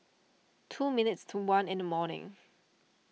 two minutes to one in the morning